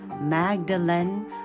Magdalene